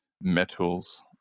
metals